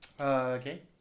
Okay